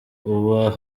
uba